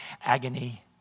agony